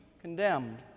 condemned